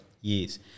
years